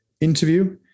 interview